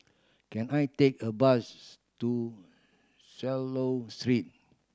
can I take a bus to Swallow Street